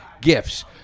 gifts